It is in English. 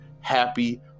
happy